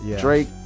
Drake